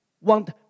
want